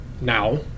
Now